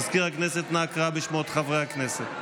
מזכיר הכנסת, אנא קרא בשמות חברי הכנסת.